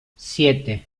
siete